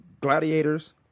gladiators